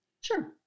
Sure